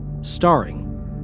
starring